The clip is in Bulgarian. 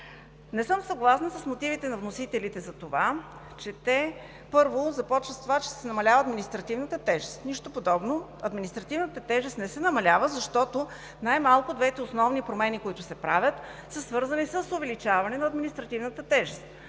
Не съм съгласна с мотивите на вносителите, че те първо, започват с това, че се намалява административната тежест – нищо подобно. Административната тежест не се намалява, защото най-малко двете основни промени, които се правят, са свързани с увеличаване на административната тежест.